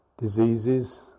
diseases